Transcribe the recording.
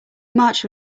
march